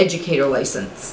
educator license